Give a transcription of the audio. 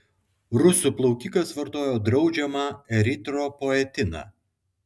rusų plaukikas vartojo draudžiamą eritropoetiną